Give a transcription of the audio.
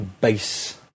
base